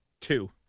Two